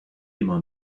immer